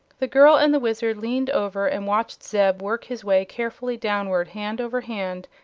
the girl and the wizard leaned over and watched zeb work his way carefully downward, hand over hand,